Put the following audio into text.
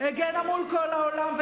הגנה מול כל העולם,